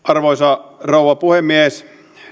arvoisa rouva puhemies